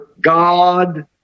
God